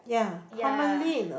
yea